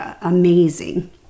amazing